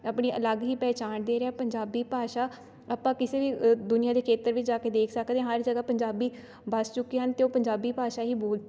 ਆਪਣੀ ਅਲੱਗ ਹੀ ਪਹਿਚਾਣ ਦੇ ਰਹੇ ਹੈ ਪੰਜਾਬੀ ਭਾਸ਼ਾ ਆਪਾਂ ਕਿਸੇ ਵੀ ਦੁਨੀਆਂ ਦੇ ਖੇਤਰ ਵਿੱਚ ਜਾ ਕੇ ਦੇਖ ਸਕਦੇ ਹਰ ਜਗ੍ਹਾ ਪੰਜਾਬੀ ਵਸ ਚੁੱਕੇ ਹਨ ਅਤੇ ਉਹ ਪੰਜਾਬੀ ਭਾਸ਼ਾ ਹੀ ਬੋਲ